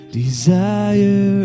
desire